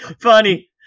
funny